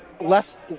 Less